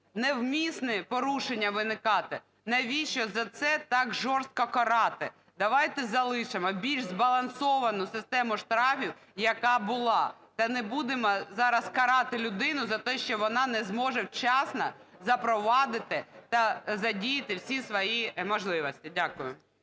невмісні порушення виникати. Навіщо за це так жорстко карати? Давайте залишило більш збалансовану систему штрафів, яка була, та не будемо зараз карати людину за те, що вона не зможе вчасно запровадити та задіяти всі свої можливості. Дякую.